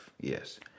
Yes